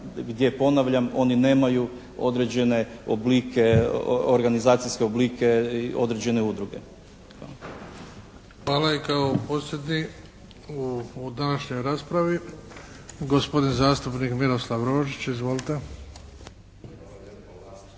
gdje ponavljam oni nemaju određene oblike, organizacijske oblike određene udruge. **Bebić, Luka (HDZ)** Hvala. I kao posljednji u današnjoj raspravi gospodin zastupnik Miroslav Rožić. Izvolite.